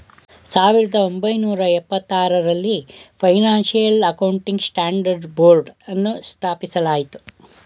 ಸಾವಿರದ ಒಂಬೈನೂರ ಎಪ್ಪತಾರರಲ್ಲಿ ಫೈನಾನ್ಸಿಯಲ್ ಅಕೌಂಟಿಂಗ್ ಸ್ಟ್ಯಾಂಡರ್ಡ್ ಬೋರ್ಡ್ನ ಸ್ಥಾಪಿಸಲಾಯಿತು